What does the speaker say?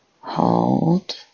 hold